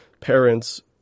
parents